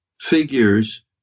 figures